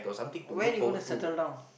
when you going to settle down